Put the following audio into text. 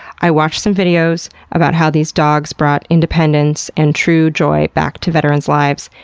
i watched some videos about how these dogs brought independence and true joy back to veterans' lives,